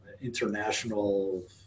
international